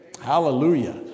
hallelujah